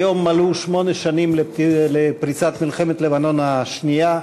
היום מלאו שמונה שנים לפריצת מלחמת לבנון השנייה.